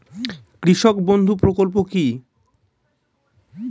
কৃষক বন্ধু প্রকল্প কি?